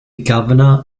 governor